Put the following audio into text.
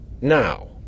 Now